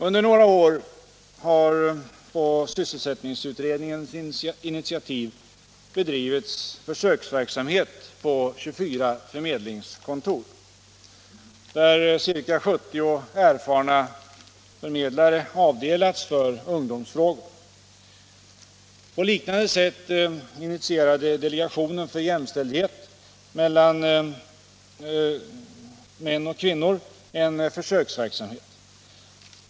Under några år har på sysselsättningsutredningens initiativ bedrivits försöksverksamhet på 24 förmedlingskontor, där ca 70 erfarna förmedlare avdelats för ungdomsfrågor. På liknande sätt initierade delegationen för jämställdhet mellan män och kvinnor en försöksverksamhet.